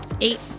Eight